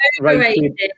Overrated